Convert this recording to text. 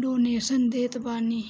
donation देत बाने